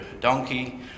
donkey